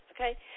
okay